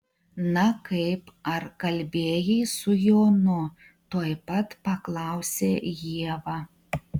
na kaip ar kalbėjai su jonu tuoj pat paklausė ieva